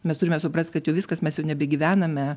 mes turime suprast kad jau viskas mes jau nebegyvename